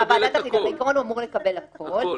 בעיקרון הוא אמור לקבל הכול.